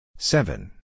Seven